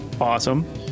awesome